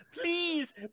Please